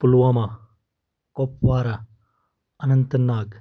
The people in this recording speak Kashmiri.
پُلوامہ کپوارہ اننت ناگ